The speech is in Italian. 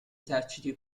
eserciti